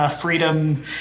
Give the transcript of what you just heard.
freedom